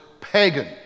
pagan